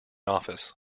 office